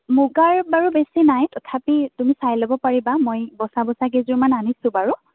মূগাৰ বাৰু বেছি নাই তথাপি তুমি চাই ল'ব পাৰিবা মই বচা বচা কেইযোৰমান আনিছোঁ বাৰু